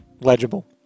legible